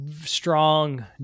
strong